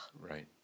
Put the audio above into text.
Right